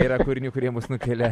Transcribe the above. yra kūrinių kurie mus nukelia